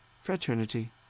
fraternity